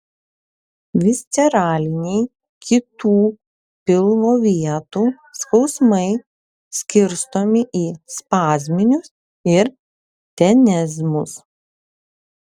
visceraliniai kitų pilvo vietų skausmai skirstomi į spazminius ir tenezmus